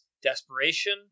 desperation